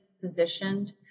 positioned